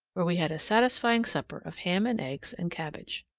where we had a satisfying supper of ham and eggs and cabbage.